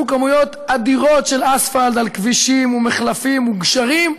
כמויות אדירות של אספלט על כבישים ומחלפים וגשרים,